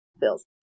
bills